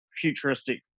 futuristic